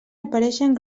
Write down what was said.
apareixen